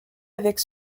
avec